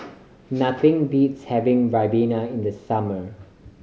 nothing beats having ribena in the summer